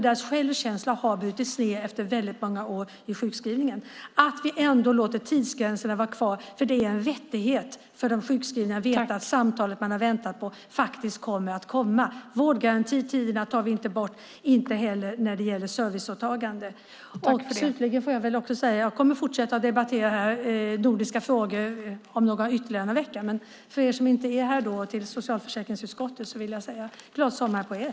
Deras självkänsla har brutits ned efter väldigt många år i sjukskrivning. Det är viktigt att vi låter tidsgränserna vara kvar. Det är en rättighet för de sjukskrivna att veta att samtalet de har väntat på kommer att komma. Vi tar inte bort vårdgarantitiderna och inte heller serviceåtagandet. Jag kommer att fortsätta att debattera nordiska frågor ytterligare någon vecka. För er som inte är här och för socialförsäkringsutskottet vill jag säga: Glad sommar på er!